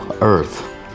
earth